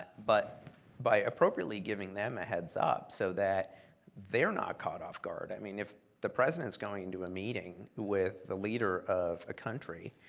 but by appropriately giving them a heads up so that they're not caught off guard. i mean, if the president is going to a meeting with the leader of a country,